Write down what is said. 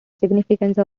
significance